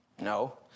no